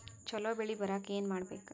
ಛಲೋ ಬೆಳಿ ಬರಾಕ ಏನ್ ಮಾಡ್ಬೇಕ್?